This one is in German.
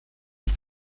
und